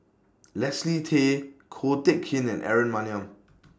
Leslie Tay Ko Teck Kin and Aaron Maniam